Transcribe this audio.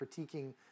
critiquing